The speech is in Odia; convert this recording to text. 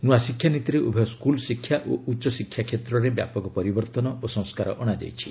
ନୂଆ ଶିକ୍ଷାନୀତିରେ ଉଭୟ ସ୍କୁଲ୍ ଶିକ୍ଷା ଓ ଉଚ୍ଚଶିକ୍ଷା କ୍ଷେତ୍ରରେ ବ୍ୟାପକ ପରିବର୍ତ୍ତନ ଓ ସଂସ୍କାର ଅଣାଯାଇଛି